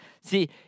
See